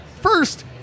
First